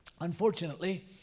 Unfortunately